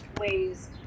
ways